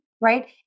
right